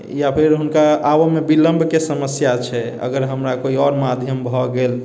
या फिर हुनका आबऽमे बिलम्बके समस्या छै अगर हमरा कहीं आओर माध्यम भऽ गेल